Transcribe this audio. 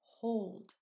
hold